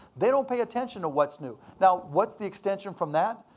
they don't pay attention to what's new. now what's the extension from that?